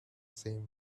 same